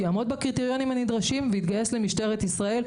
יעמוד בקריטריונים הנדרשים ויתגייס למשטרת ישראל.